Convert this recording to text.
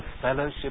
fellowship